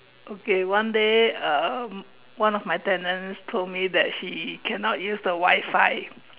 okay one day uh one of my tenants told me that she cannot use the Wi-Fi